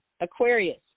Aquarius